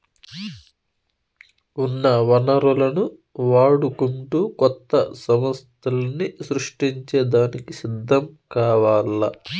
ఉన్న వనరులను వాడుకుంటూ కొత్త సమస్థల్ని సృష్టించే దానికి సిద్ధం కావాల్ల